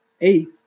eight